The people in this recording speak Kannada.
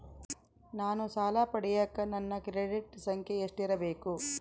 ನಾನು ಸಾಲ ಪಡಿಯಕ ನನ್ನ ಕ್ರೆಡಿಟ್ ಸಂಖ್ಯೆ ಎಷ್ಟಿರಬೇಕು?